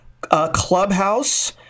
clubhouse